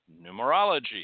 numerology